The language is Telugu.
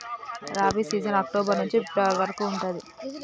రబీ సీజన్ అక్టోబర్ నుంచి ఫిబ్రవరి వరకు ఉంటది